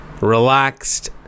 relaxed